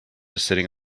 sitting